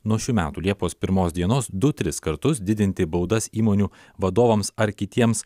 nuo šių metų liepos pirmos dienos du tris kartus didinti baudas įmonių vadovams ar kitiems